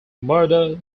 murder